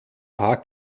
paar